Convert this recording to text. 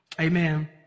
Amen